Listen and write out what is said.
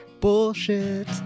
bullshit